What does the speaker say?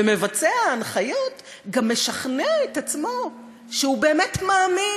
ומבצע ההנחיות גם משכנע את עצמו שהוא באמת מאמין,